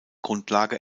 grundlage